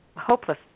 hopeless